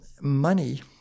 money